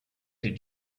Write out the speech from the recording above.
did